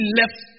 left